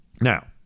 Now